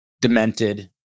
demented